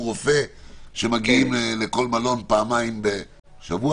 רופא שמגיעים לכל מלון בערך פעמיים בשבוע.